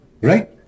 right